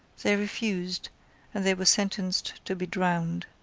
they refused and they were sentenced to be drowned.